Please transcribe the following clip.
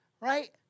Right